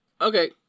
okay